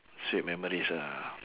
sweet memories ah